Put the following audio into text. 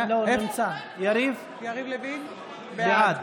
לוין, בעד